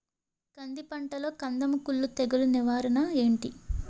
కంది పంటలో కందము కుల్లు తెగులు నివారణ ఏంటి?